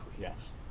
Yes